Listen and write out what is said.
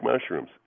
mushrooms